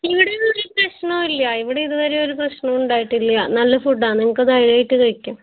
ഇവിടെ ഒരു പ്രശ്നവുമില്ല ഇവിടെ ഇതുവരെ ഒരു പ്രശ്നവും ഉണ്ടായിട്ടില്ല നല്ല ഫുഡ് ആണ് നിങ്ങൾക്ക് ധൈര്യമായിട്ട് കഴിക്കാം